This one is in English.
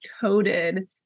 coded